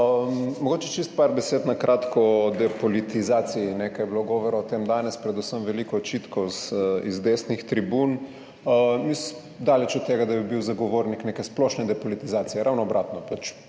Mogoče samo par besed na kratko o depolitizaciji. Nekaj je bilo govora o tem, danes predvsem veliko očitkov iz desnih tribun. Jaz sem daleč od tega, da bi bil zagovornik neke splošne depolitizacije, ravno obratno,